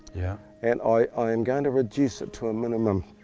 yeah and i am going to reduce it to a minimum.